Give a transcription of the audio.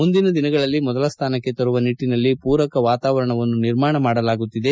ಮುಂದಿನ ದಿನಗಳಲ್ಲಿ ಮೊದಲ ಸ್ಥಾನಕ್ಕೆ ತರುವ ನಿಟ್ಟಿನಲ್ಲಿ ಪೂರಕ ವಾತವಾರಣವನ್ನು ನಿರ್ಮಾಣ ಮಾಡಲಾಗುತ್ತಿದೆ